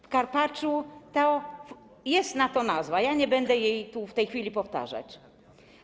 W Karpaczu jest na to nazwa, ja nie będę jej tu w tej chwili powtarzać.